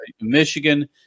Michigan